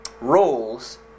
roles